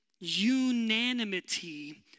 unanimity